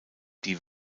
die